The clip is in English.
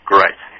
Great